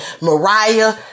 Mariah